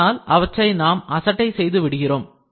ஆனால் அவற்றை நாம் அசட்டை செய்து விடுகிறோம்